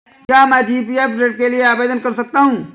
क्या मैं जी.पी.एफ ऋण के लिए आवेदन कर सकता हूँ?